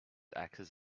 axis